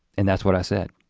and that's what i said.